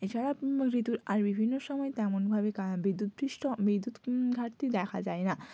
এছাড়া ঋতুর আর বিভিন্ন সময় তেমন ভাবে কা বিদ্যুৎস্পৃষ্ট বিদ্যুৎ ঘাটতি দেখা যায় না